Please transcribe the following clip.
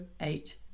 eight